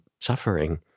suffering